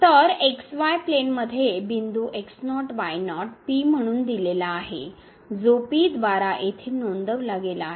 तर xy plane मध्ये बिंदू x0 y0 P म्हणून दिलेला आहे जो P द्वारा येथे नोंदविला गेला आहे